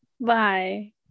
bye